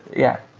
yeah.